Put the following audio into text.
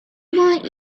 want